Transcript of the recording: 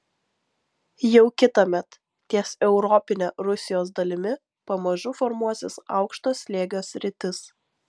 jau kitąmet ties europine rusijos dalimi pamažu formuosis aukšto slėgio sritis